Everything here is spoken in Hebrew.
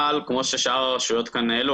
אבל כמו ששאר הרשויות העלו,